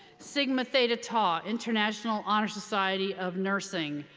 sigma theta tau international honor society of nursing,